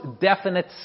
definite